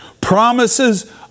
promises